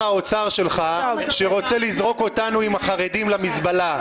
האוצר שלך שרוצה לזרוק אותנו עם החרדים למזבלה.